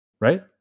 right